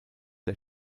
der